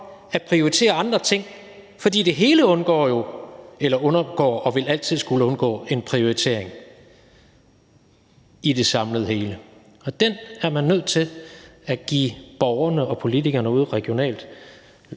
at prioritere andre ting, for det hele undergår og vil altid skulle undergå en prioritering i det samlede hele, og den er man nødt til at give borgerne og politikerne ude regionalt